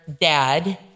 dad